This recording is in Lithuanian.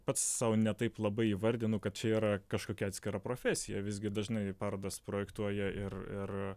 pats sau ne taip labai įvardinu kad čia yra kažkokia atskira profesija visgi dažnai parodas projektuoja ir ir